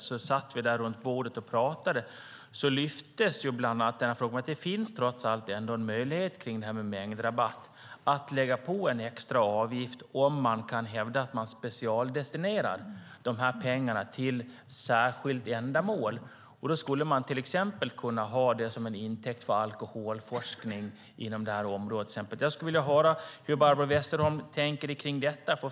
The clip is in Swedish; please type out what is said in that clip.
När vi satt där runt bordet och pratade togs bland annat upp att det trots allt finns en möjlighet när det gäller mängdrabatt att lägga på en extra avgift om man kan hävda att man specialdestinerar pengarna till särskilt ändamål. Då skulle man till exempel kunna ha det som en intäkt för alkoholforskning inom det här området. Jag skulle vilja höra hur Barbro Westerholm tänker kring detta.